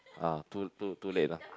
ah too too too late ah